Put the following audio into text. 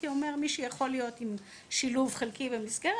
כי הוא אומר מי שיכול להיות עם שילוב חלקי במסגרת,